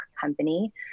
company